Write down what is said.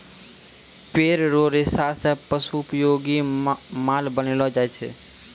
पेड़ रो रेशा से पशु उपयोगी माल बनैलो जाय छै